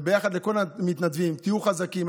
וביחד, לכל המתנדבים, תהיו חזקים.